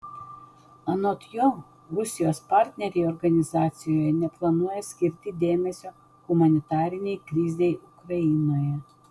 anot jo rusijos partneriai organizacijoje neplanuoja skirti dėmesio humanitarinei krizei ukrainoje